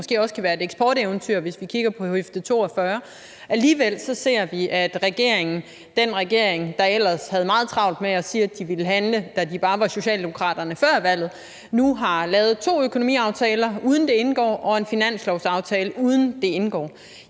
også kan være et eksporteventyr, hvis vi kigger på Høfde 42 – så ser vi, at regeringen, den regering, der ellers havde meget travlt med at sige, at de ville handle, da de bare var Socialdemokraterne før valget, nu har lavet to økonomiaftaler, uden det indgår, og en finanslovsaftale, uden det indgår.